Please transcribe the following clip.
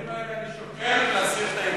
אחרי כל הדברים האלה אני שוקל להסיר את האי-אמון.